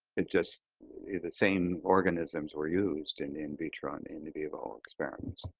and just the same organisms were used in in-vitro and in-vivo experiments.